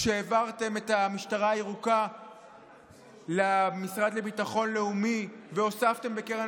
כשהעברתם את המשטרה הירוקה למשרד לביטחון לאומי והוספתם בקרן